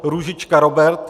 Růžička Robert